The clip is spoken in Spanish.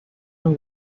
los